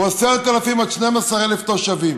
הוא 10,000 12,000 תושבים.